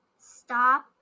stop